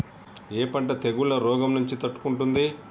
ఏ పంట తెగుళ్ల రోగం నుంచి తట్టుకుంటుంది?